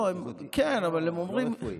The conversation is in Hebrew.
הוא לא רפואי.